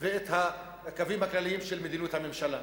ואת הקווים הכלליים של מדיניות הממשלה.